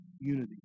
unity